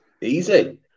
Easy